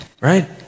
Right